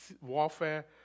warfare